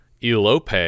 elope